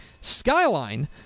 Skyline